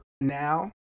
now